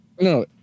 No